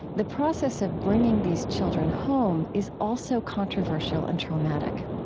the process of bringing these children home is also controversial and traumatic.